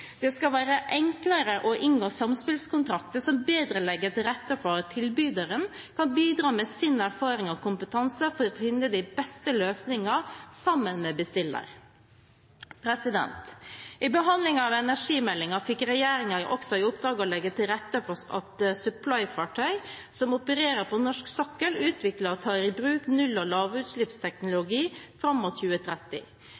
det er relevant. Det skal være enklere å inngå samspillskontrakter som bedre legger til rette for at tilbyderen kan bidra med sin erfaring og kompetanse for å finne de beste løsninger sammen med bestiller. I behandlingen av energimeldingen fikk regjeringen også i oppdrag å legge til rette for at supplyfartøyer som opererer på norsk sokkel, utvikler og tar i bruk null- og